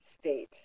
state